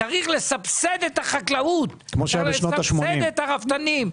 צריך לסבסד את החקלאות ואת הרפתנים.